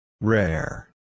Rare